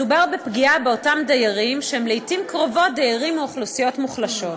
מדובר בפגיעה באותם דיירים שהם לעתים קרובות דיירים מאוכלוסיות מוחלשת.